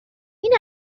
این